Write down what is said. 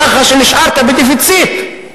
כך שנשארת בדפיציט.